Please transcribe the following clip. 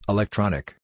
Electronic